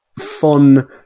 fun